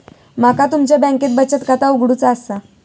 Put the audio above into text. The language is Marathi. माका तुमच्या बँकेत बचत खाता उघडूचा असा?